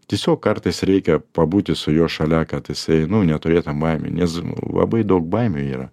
tiesiog kartais reikia pabūti su juo šalia kad jisai nu neturėt tam baimių nes labai daug baimių yra